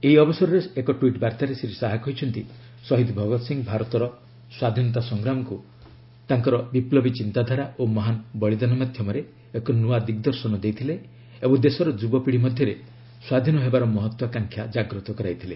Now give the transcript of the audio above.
ଏହି ଅବସରରେ ଏକ ଟ୍ୱିଟ୍ ବାର୍ତ୍ତାରେ ଶ୍ରୀ ଶାହା କହିଛନ୍ତି ଶହୀଦ ଭଗତ ସିଂ ଭାରତର ସ୍ୱାଧୀନତା ସଂଗ୍ରାମକୁ ତାଙ୍କର ବିପ୍ଲବୀ ଚିନ୍ତାଧାରା ଓ ମହାନ୍ ବଳିଦାନ ମାଧ୍ୟମରେ ଏକ ନୂଆ ଦିଗ୍ଦର୍ଶନ ଦେଇଥିଲେ ଏବଂ ଦେଶର ଯୁବପିଢ଼ି ମଧ୍ୟରେ ସ୍ୱାଧୀନ ହେବାର ମହତ୍ତ୍ୱାକାଂକ୍ଷା ଜାଗ୍ରତ କରାଇଥିଲେ